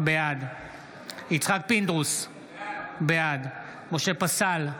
בעד יצחק פינדרוס, בעד משה פסל,